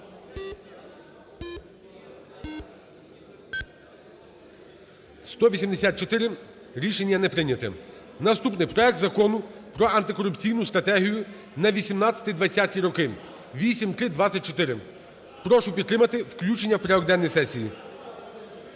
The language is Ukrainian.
184. Рішення не прийняте. Наступний – проект Закону про Антикорупційну стратегію на 18–20-і роки (8324). Прошу підтримати включення в порядок денний сесії.